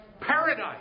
paradise